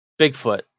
Bigfoot